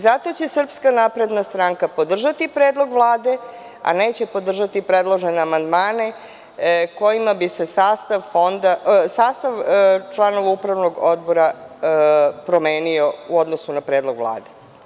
Zato će Srpska napredna stranka podržati predlog Vlade, a neće podržati predložene amandmane kojima bi se sastav članova upravnog odbora promenio u odnosu na predlog Vlade.